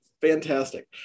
fantastic